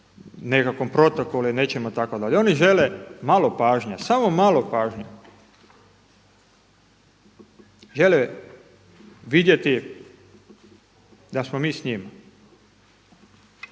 nekakvom protokolu ili nečemu itd., oni žele malo pažnje, samo malo pažnje. Žele vidjeti da smo mi s njima.